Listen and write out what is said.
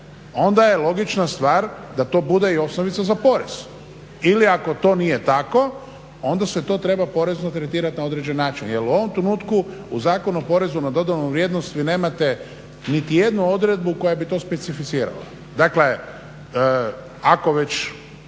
onda je logična stvar da to bude i osnovica za porez. Ili ako to nije tako onda se to treba porezno tretirati na određeni način. Jer u ovom trenutku u Zakonu o porezu na dodanu vrijednost vi nemate nijednu odredbu koja bi to specificirala. Dakle, ako već